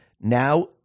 now